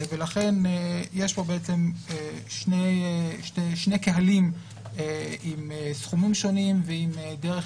ולכן יש פה בעצם שני קהלים עם סכומים שונים ועם דרך